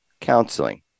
counseling